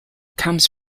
comes